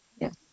Yes